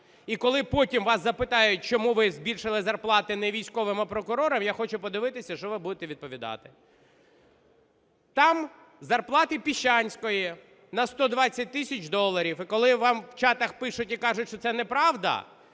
І коли потім вас запитають, чому ви збільшили зарплати не військовим, а прокурорам, я хочу подивитися, що ви будете відповідати. Там зарплати Піщанської на 120 тисяч доларів. І коли вам в чатах пишуть і кажуть, що це неправда,